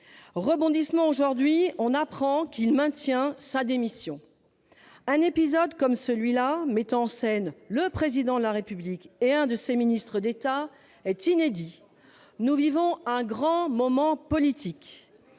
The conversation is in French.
Rebondissement aujourd'hui : on apprend qu'il maintient sa démission ... Un épisode comme celui-là, mettant en scène le Président de la République et l'un de ses ministres d'État, est inédit : nous vivons un grand moment politique